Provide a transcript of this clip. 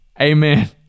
Amen